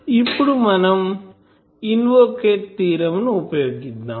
ఇప్పుడు మనం invocate theorem ని ఉపయోగిద్దాం